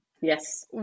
Yes